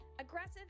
aggressive